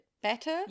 Better